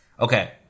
Okay